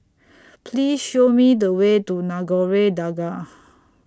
Please Show Me The Way to Nagore Dargah